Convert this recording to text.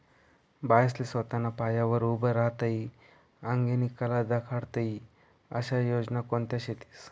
बायास्ले सोताना पायावर उभं राहता ई आंगेनी कला दखाडता ई आशा योजना कोणत्या शेतीस?